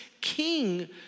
king